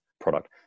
product